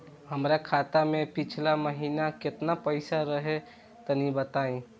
हमरा खाता मे पिछला महीना केतना पईसा रहे तनि बताई?